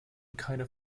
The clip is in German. keine